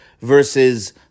versus